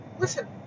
Listen